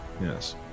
Yes